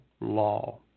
law